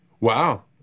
Wow